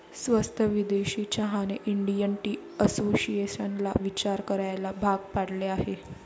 स्वस्त विदेशी चहाने इंडियन टी असोसिएशनला विचार करायला भाग पाडले आहे